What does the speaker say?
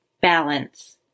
Balance